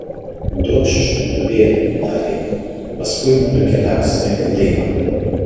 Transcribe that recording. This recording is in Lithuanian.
duokš žibintuvėlį tarė ji paskui mudu keliausime į laivą